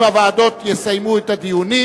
אם הוועדות יסיימו את הדיונים,